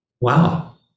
Wow